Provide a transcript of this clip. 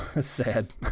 sad